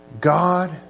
God